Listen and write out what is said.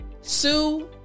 Sue